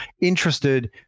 interested